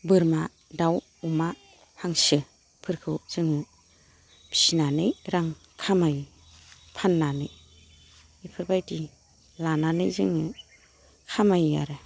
बोरमा दाउ अमा हांसोफोरखौ जोङो फिनानै रां खामायो फाननानै बेफोरबायदि लानानै जोङो खामायो आरो